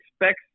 expects